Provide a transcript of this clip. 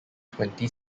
twenty